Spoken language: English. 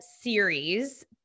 series